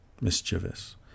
mischievous